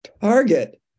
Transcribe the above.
Target